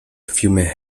fiume